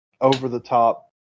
over-the-top